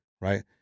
Right